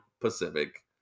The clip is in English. Pacific